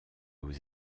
aux